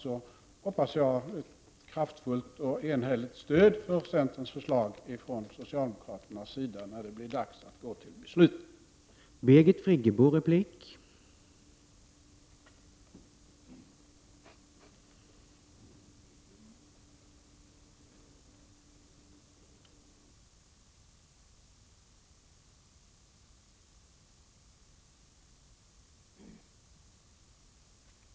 Jag hoppas därför på ett kraftfullt och enhälligt stöd från socialdemokraterna när det blir dags att fatta beslut i de frågorna.